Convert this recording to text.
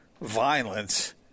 violence